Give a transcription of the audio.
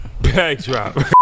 Backdrop